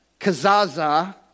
kazaza